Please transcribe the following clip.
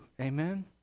Amen